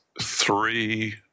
three